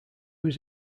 was